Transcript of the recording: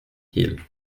hill